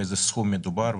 באיזה סכום מדובר?